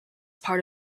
part